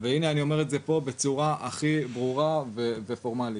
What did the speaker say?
והנה אני אומר את זה פה בצורה הכי ברורה ובצורה הכי פורמלית,